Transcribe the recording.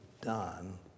done